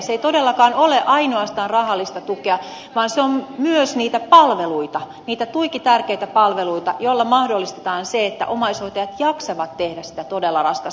se ei todellakaan ole ainoastaan rahallista tukea vaan se on myös niitä palveluita niitä tuiki tärkeitä palveluita joilla mahdollistetaan se että omaishoitajat jaksavat tehdä sitä todella raskasta työtään